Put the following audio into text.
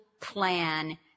plan